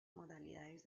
modalidades